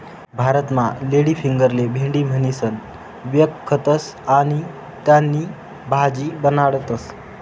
भारतमा लेडीफिंगरले भेंडी म्हणीसण व्यकखतस आणि त्यानी भाजी बनाडतस